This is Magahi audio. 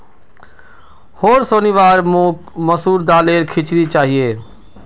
होर शनिवार मोक मसूर दालेर खिचड़ी चाहिए